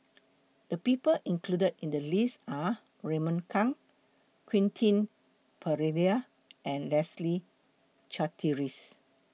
The People included in The list Are Raymond Kang Quentin Pereira and Leslie Charteris